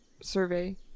survey